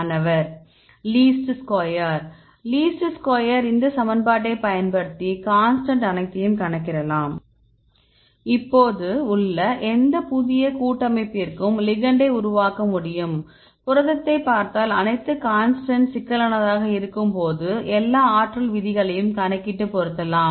மாணவர் least square least square இந்த சமன்பாட்டை பயன்படுத்தி கான்ஸ்டன்ட் அனைத்தையும் கணக்கிடலாம் இப்போது உள்ள எந்த புதிய கூட்டமைப்பிற்கும் லிகெண்ட்டை உருவாக்க முடியும் புரதத்தைக் பார்த்தால் அனைத்து கான்ஸ்டன்ட் சிக்கலானதாக இருக்கும்போது எல்லா ஆற்றல் விதிகளையும் கணக்கிட்டு பொருத்தலாம்